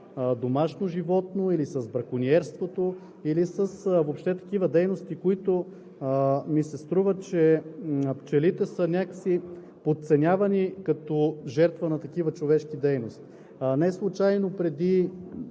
домашно животно или с бракониерството, или въобще с такива дейности, които ми се струва, че пчелите са някак си подценявани като жертва на такива човешки дейности. Неслучайно